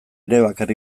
elebakar